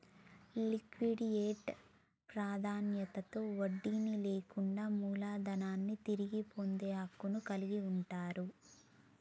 liquidate ప్రాధాన్యతలో వడ్డీని లేదా మూలధనాన్ని తిరిగి పొందే హక్కును కలిగి ఉంటరు